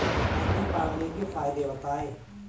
हाथी पालने के फायदे बताए?